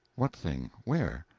what thing where?